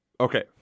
Okay